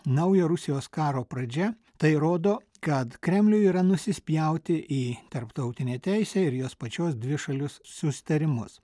naujo rusijos karo pradžia tai rodo kad kremliui yra nusispjauti į tarptautinę teisę ir jos pačios dvišalius susitarimus